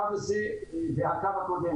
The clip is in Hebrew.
הקו הזה והקו הקודם,